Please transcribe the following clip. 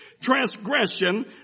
transgression